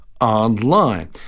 online